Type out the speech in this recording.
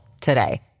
today